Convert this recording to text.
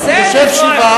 שאלה, נו.